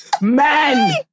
Man